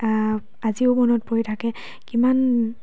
আজিও মনত পৰি থাকে কিমান